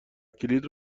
کلید